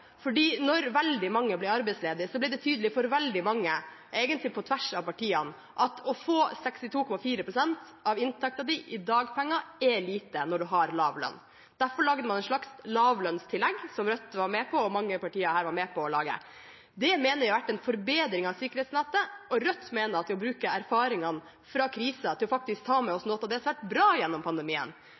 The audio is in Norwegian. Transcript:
veldig mange ble arbeidsledige, ble det tydelig for veldig mange – egentlig på tvers av partiene – at å få 62,4 pst. av inntekten i dagpenger er lite når man har lav lønn. Derfor lagde man et slags lavlønnstillegg, som Rødt og mange partier var med på å vedta. Det mener vi har vært en forbedring av sikkerhetsnettet, og Rødt mener at vi bør bruke erfaringene fra krisen og faktisk ta med oss noe av det som har vært bra gjennom pandemien